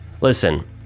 Listen